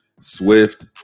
Swift